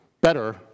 better